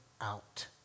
out